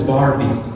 Barbie